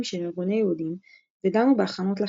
של ארגוני יהודים ודנו בהכנות לחרם.